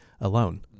alone